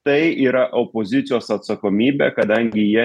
tai yra opozicijos atsakomybė kadangi jie